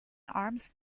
arms